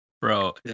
bro